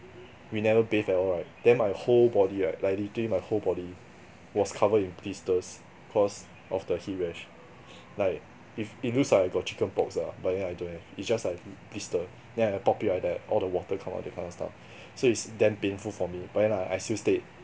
we never bathe at all right then my whole body right like literally my whole body was covered in blisters cause of the heat rash like if it looks like I got chicken pox lah but then I don't have it's just like blister then I pop it right like all the water come out that kind of stuff so it's damn painful for me but then ah I still stayed